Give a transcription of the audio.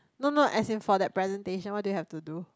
no no as in for that presentation what do you have to do